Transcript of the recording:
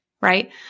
right